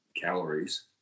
calories